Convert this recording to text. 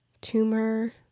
Tumor